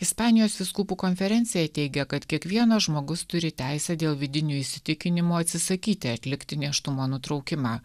ispanijos vyskupų konferencija teigia kad kiekvienas žmogus turi teisę dėl vidinių įsitikinimų atsisakyti atlikti nėštumo nutraukimą